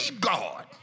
God